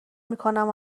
میکنم